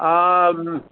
आम्